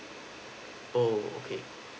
oh okay